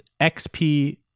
XP